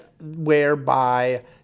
whereby